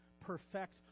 perfect